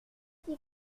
qui